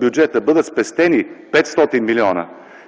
бюджета и бъдат спестени 500 милиона,